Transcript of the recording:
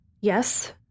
Yes